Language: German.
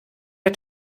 der